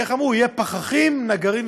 איך אמרו, יהיו פחחים, נגרים וסנדלרים,